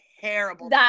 terrible